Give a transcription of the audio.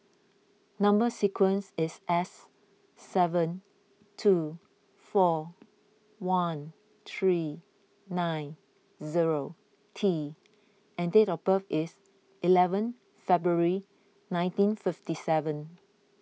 Number Sequence is S seven two four one three nine zero T and date of birth is eleventh February nineteen fifty seven